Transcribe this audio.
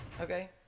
Okay